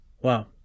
Wow